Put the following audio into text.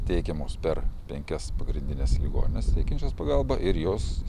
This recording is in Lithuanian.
teikiamos per penkias pagrindines ligonines teikiančias pagalbą ir jos